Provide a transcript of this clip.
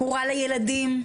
לילדים,